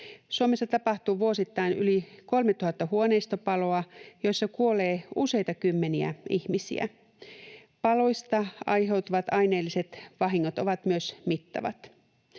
Suomessa tapahtuu vuosittain yli 3 000 huoneistopaloa, joissa kuolee useita kymmeniä ihmisiä. Paloista aiheutuvat aineelliset vahingot ovat myös mittavat.